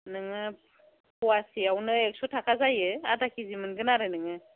नोङो फवासेयावनो एक्स' थाखा जायो आदा किजि मोनगोन आरो नोङो